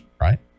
right